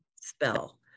spell